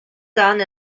done